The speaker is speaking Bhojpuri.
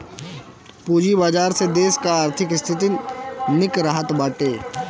पूंजी बाजार से देस कअ आर्थिक स्थिति निक रहत बाटे